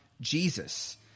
Jesus